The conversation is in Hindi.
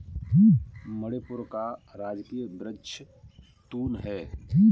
मणिपुर का राजकीय वृक्ष तून है